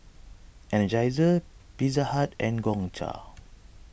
Energizer Pizza Hut and Gongcha